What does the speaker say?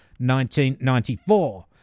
1994